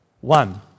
one